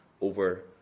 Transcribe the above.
over